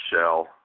Shell